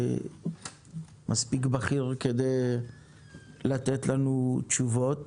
והוא מספיק בכיר כדי לתת לנו תשובות.